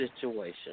situation